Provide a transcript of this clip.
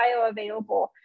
bioavailable